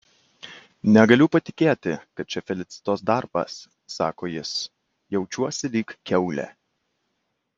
negaliu patikėti kad čia felicitos darbas sako jis jaučiuosi lyg kiaulė